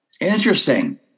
Interesting